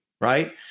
right